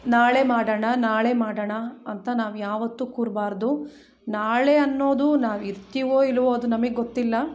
ನಾಳೆ ಮಾಡೋಣ ನಾಳೆ ಮಾಡೋಣ ಅಂತ ನಾವು ಯಾವತ್ತು ಕೂರಬಾರ್ದು ನಾಳೆ ಅನ್ನೋದು ನಾವು ಇರ್ತೀವೋ ಇಲ್ವೋ ಅದು ನಮಗ್ ಗೊತ್ತಿಲ್ಲ